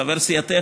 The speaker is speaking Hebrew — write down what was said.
חבר סיעתך,